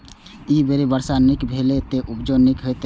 एहि बेर वर्षा नीक भेलैए, तें उपजो नीके हेतै